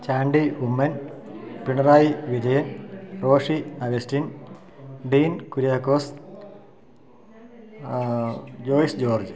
Chandy Oommen Pinarayi Vijayan Roshy Augustine Dean Kuriakose Joice George